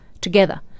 together